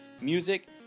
music